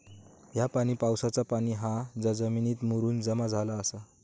ह्या पाणी पावसाचा पाणी हा जा जमिनीत मुरून जमा झाला आसा